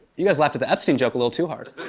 you guys laughed at the epstein joke a little too hard.